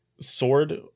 sword